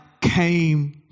came